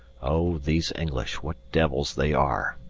oh! these english, what devils they are!